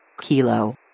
Kilo